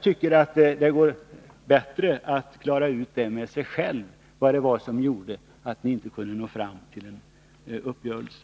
Det vore bättre att klara ut med sig själv vad det var som gjorde att ni inte nådde fram till uppgörelsen.